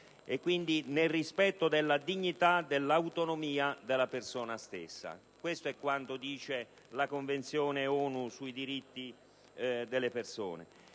e, quindi, nel rispetto della dignità e dell'autonomia della persona stessa. Questo è quanto dice la Convenzione ONU sui diritti delle persone